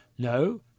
No